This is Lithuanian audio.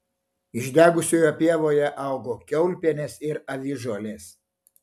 išdegusioje pievoje augo kiaulpienės ir avižuolės